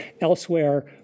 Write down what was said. elsewhere